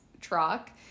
truck